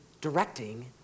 directing